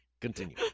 Continue